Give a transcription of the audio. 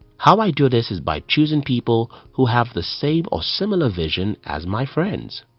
how i do this is by choosing people who have the same or similar vision as my friends.